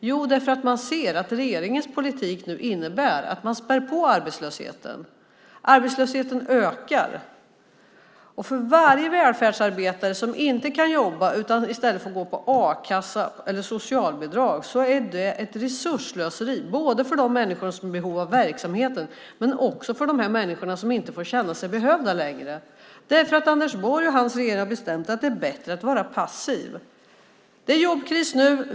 Jo, därför att man ser att regeringens politik nu innebär att man spär på arbetslösheten, att arbetslösheten ökar. Varje välfärdsarbetare som inte kan jobba utan i stället får gå på a-kassa eller socialbidrag är ett resursslöseri, både för de människor som är i behov av verksamheten och för de här människorna som inte får känna sig behövda längre, därför att Anders Borg och hans regering har bestämt att det är bättre att vara passiv. Det är jobbkris nu.